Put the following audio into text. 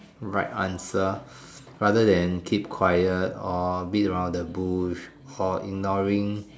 right answer rather than keep quiet or beat around the bush or ignoring